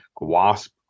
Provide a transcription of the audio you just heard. wasp